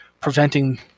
preventing